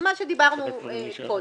מה שדיברנו קודם.